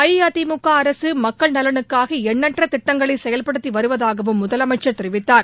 அஇஅதிமுகஅரசுமக்கள் நலனுக்காகஎண்ணற்றதிட்டங்களைசெயல்படுத்திவருவதாகவும் முதலமைச்சர் தெரிவித்தார்